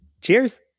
cheers